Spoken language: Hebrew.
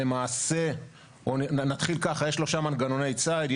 יש שלושה מנגנוני ציד.